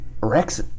Rex